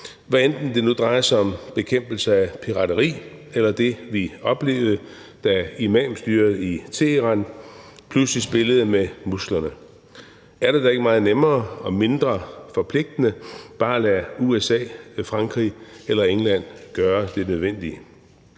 hvad enten det nu drejer sig om bekæmpelse af pirateri eller om det, vi oplevede, da imamstyret i Teheran pludselig spillede med musklerne? Ja, er det da ikke meget nemmere og mindre forpligtende bare at lade USA, Frankrig eller England gøre det nødvendige?